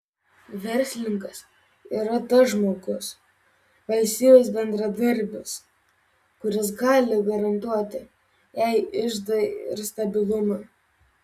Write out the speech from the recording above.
verslininkas yra tas žmogus valstybės bendradarbis kuris gali garantuoti jai iždą ir stabilumą